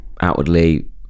outwardly